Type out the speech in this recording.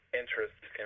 interests